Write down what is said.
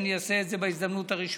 שאני אעשה את זה בהזדמנות הראשונה,